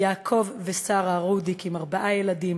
יעקב ושרה רודיק עם ארבעה ילדים,